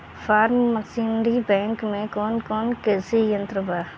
Form machinery bank में कौन कौन कृषि यंत्र बा?